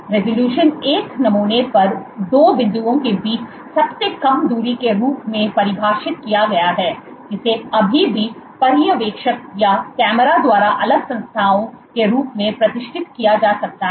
resolution एक नमूने पर 2 बिंदुओं के बीच सबसे कम दूरी के रूप में परिभाषित किया गया है जिसे अभी भी पर्यवेक्षक या कैमरे द्वारा अलग संस्थाओं के रूप में प्रतिष्ठित किया जा सकता है